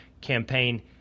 campaign